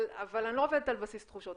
אבל אני לא רוצה ללכת על בסיס התחושות.